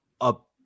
up